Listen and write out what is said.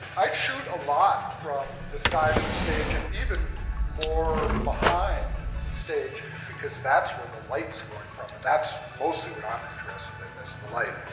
i shoot a lot from the side of the stage, and even more behind stage because that's where the light's going from and that's mostly what i'm interested in, is the light.